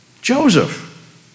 Joseph